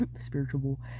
spiritual